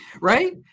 right